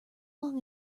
long